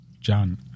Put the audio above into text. John